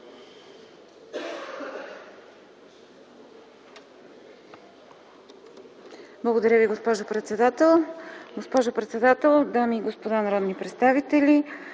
Благодаря Ви, госпожо председател. Госпожо председател, дами и господа народни представители!